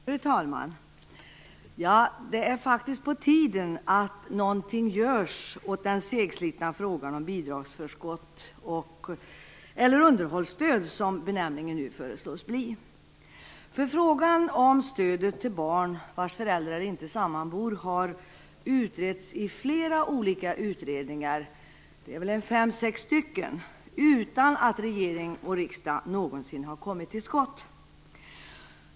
Fru talman! Det är på tiden att något görs åt den segslitna frågan om bidragsförskott - eller underhållsstöd, som benämningen nu föreslås bli. Frågan om stödet till barn vars föräldrar inte sammanbor har utretts i flera olika utredningar - fem eller sex stycken - utan att regering och riksdag någonsin har kommit till skott.